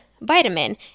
vitamin